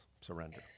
surrender